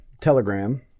Telegram